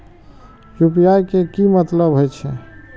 UPI के की मतलब हे छे?